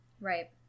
Right